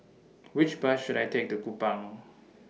Which Bus should I Take to Kupang